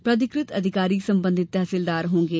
प्रधिकृत अधिकारी संबंधित तहसीलदार होंगे